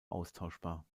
austauschbar